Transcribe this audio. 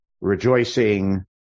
rejoicing